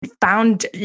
found